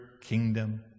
kingdom